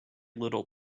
little